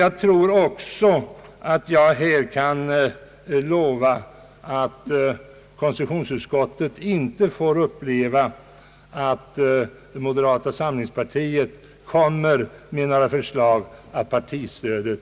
Jag tror också att jag kan lova att konstitutionsutskottet inte får uppleva att moderata samlingspartiet kommer med förslag till ökning av partistödet.